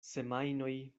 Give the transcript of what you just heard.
semajnoj